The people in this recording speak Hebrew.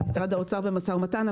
משרד האוצר במשא ומתן.